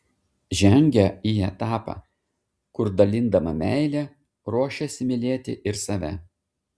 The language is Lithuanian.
žengia į etapą kur dalindama meilę ruošiasi mylėti ir save